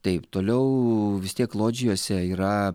taip toliau vis tiek lodžijose yra